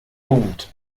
boomt